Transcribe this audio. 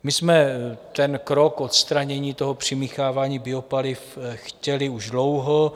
My jsme ten krok odstranění přimíchávání biopaliv chtěli už dlouho.